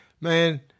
Man